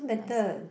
nicer